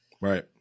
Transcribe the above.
right